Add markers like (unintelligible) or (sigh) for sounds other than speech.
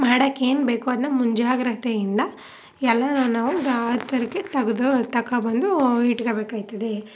ಮಾಡೋಕೆ ಏನು ಬೇಕು ಅದನ್ನ ಮುಂಜಾಗ್ರತೆಯಿಂದ ಎಲ್ಲನೂ ನಾವು (unintelligible) ತೆಗ್ದು ತಗೊ ಬಂದೂ ಇಟ್ಕೊಳ್ಬೇಕಾಯ್ತದೆ